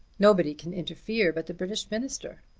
nobody can interfere but the british minister.